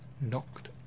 knocked